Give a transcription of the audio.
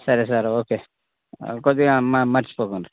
సరే సరే ఓకే కొద్దిగా మ మర్చిపోకండి